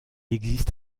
existe